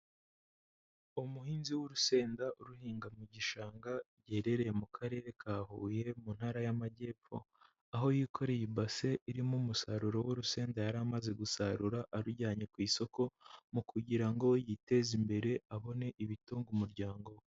Umuhinzi w'urusenda uruhinga mu gishanga giherereye mu karere ka Huye mu ntara y'Amajyepfo, aho yikoreye ibase irimo umusaruro w'urusenda yari amaze gusarura arujyanye ku isoko mu kugira ngo yiteze imbere abone ibitunga umuryango we.